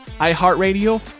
iHeartRadio